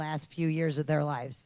last few years of their lives